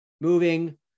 moving